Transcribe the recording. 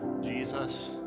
Jesus